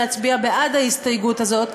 להצביע בעד ההסתייגות הזאת,